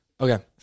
Okay